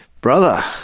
brother